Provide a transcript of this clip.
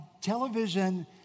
television